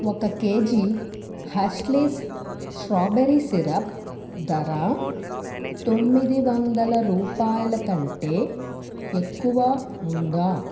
ఒక కేజీ హర్ష్లీస్ strawberry syrup ధర తొమ్మిది వందల రూపాయల కంటే ఎక్కువ ఉందా